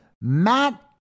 matt